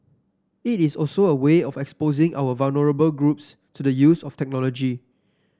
it is also a way of exposing our vulnerable groups to the use of technology